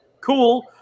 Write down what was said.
cool